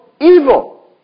evil